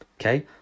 Okay